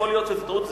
יכול להיות שזו טעות.